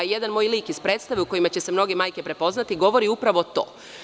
Jedan moj lik iz predstave u kojima će se mnoge majke prepoznati govori upravo to.